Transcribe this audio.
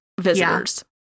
visitors